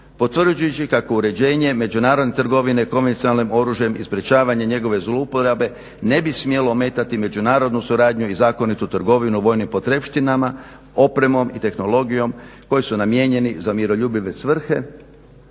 potvrđujući kako uređenje međunarodne trgovine konvencionalnim oružjem i sprečavanje njegove zlouporabe ne bi smjelo ometati međunarodnu suradnju i zakonitu trgovinu vojnim potrepštinama, opremom i tehnologijom koje su namijenjene za miroljubive svrhe.